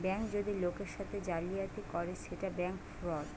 bank যদি লোকের সাথে জালিয়াতি করে সেটা ব্যাঙ্ক ফ্রড